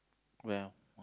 wait ah